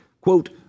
quote